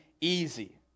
easy